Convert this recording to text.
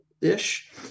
ish